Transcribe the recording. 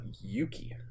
Yuki